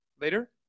later